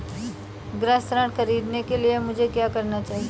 गृह ऋण ख़रीदने के लिए मुझे क्या करना होगा?